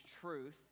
truth